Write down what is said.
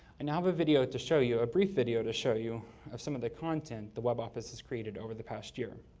i now have a video to show you, a brief video to show you of some of the content the web office has created over the past year.